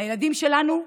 הילדים שלנו מתים.